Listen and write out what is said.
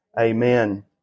Amen